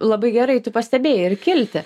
labai gerai tu pastebėjai ir kilti